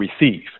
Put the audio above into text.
receive